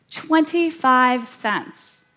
twenty five cents.